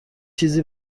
چیزی